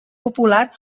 popular